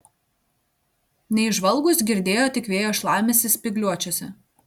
neįžvalgūs girdėjo tik vėjo šlamesį spygliuočiuose